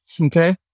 Okay